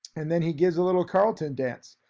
and then he gives a little carlton dance.